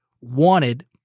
wanted